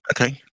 okay